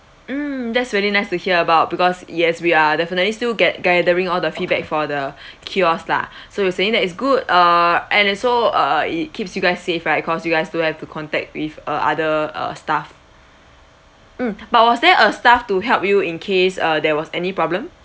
mm that's really nice to hear about because yes we are definitely still gat~ gathering all the feedback for the kiosk lah so you saying that it's good err and also err it keeps you guys safe right cause you guys don't have to contact with uh other uh staff mm but was there a staff to help you in case uh there was any problem